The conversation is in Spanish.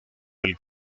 del